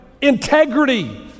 integrity